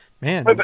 man